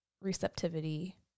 receptivity